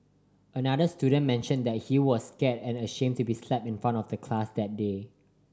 another student mentioned that he was scared and ashamed to be slapped in front of the class that day